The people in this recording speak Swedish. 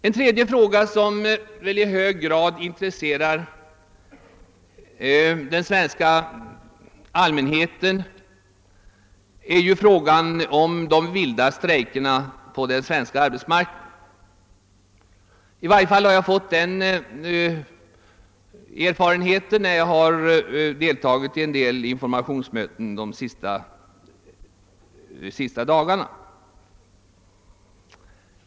En tredje fråga som i hög grad intresserar allmänheten är frågan om de vilda strejkerna på den svenska arbetsmarknaden — i varje fall har jag fått den erfarenheten när jag deltagit i informationsmöten under de senaste dagarna.